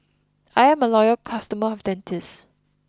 I'm a loyal customer of Dentiste